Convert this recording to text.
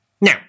Now